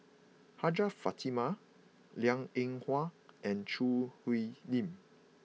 Hajjah Fatimah Liang Eng Hwa and Choo Hwee Lim